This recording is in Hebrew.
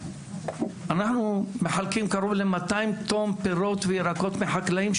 אנחנו מחלקים קרוב ל-200 טון פירות וירקות מחקלאים,